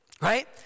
right